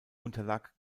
unterlag